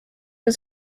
was